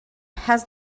has